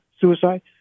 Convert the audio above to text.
suicide